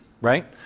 right